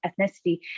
ethnicity